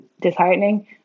disheartening